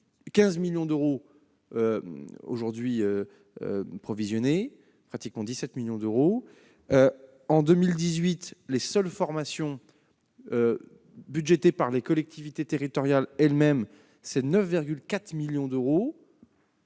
15 millions d'euros provisionnés, soit pratiquement 17 millions d'euros. En 2018, les seules formations budgétées par les collectivités territoriales elles-mêmes ont représenté 9,4 millions d'euros.